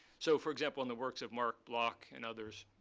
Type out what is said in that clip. so for example, in the works of marc bloch and others,